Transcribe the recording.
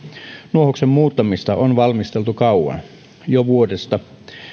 nuohouksen muuttamista on valmisteltu kauan jo vuodesta